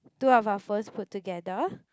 two of our phones put together